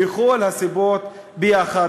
מכל הסיבות יחד.